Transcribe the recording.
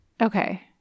Okay